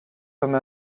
comme